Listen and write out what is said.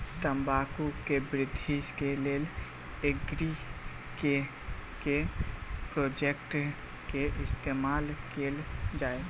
तम्बाकू केँ वृद्धि केँ लेल एग्री केँ के प्रोडक्ट केँ इस्तेमाल कैल जाय?